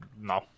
No